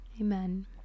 Amen